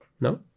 No